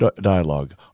dialogue